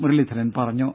മുരളീധരൻ പറഞ്ഞു